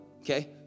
okay